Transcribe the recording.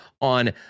on